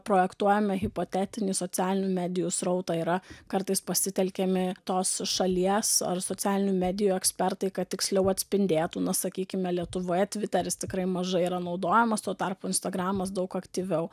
projektuojame hipotetinį socialinių medijų srautą yra kartais pasitelkiami tos šalies ar socialinių medijų ekspertai kad tiksliau atspindėtų na sakykime lietuvoje tviteris tikrai mažai yra naudojamas tuo tarpu instagramas daug aktyviau